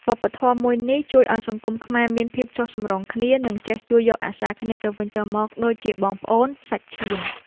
វប្បធម៌មួយនេះជួយឱ្យសង្គមខ្មែរមានភាពចុះសម្រុងគ្នានិងចេះជួយយកអាសារគ្នាទៅវិញទៅមកដូចជាបងប្អូនសាច់ឈាម។